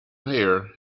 hair